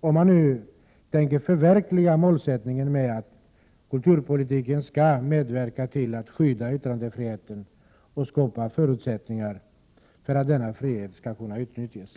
om man nu tänker förverkliga målsättningen att kulturpolitiken skall medverka till att skydda yttrandefriheten och skapa förutsättningar för att denna frihet skall kunna utnyttjas.